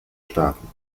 starten